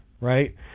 right